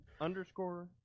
underscore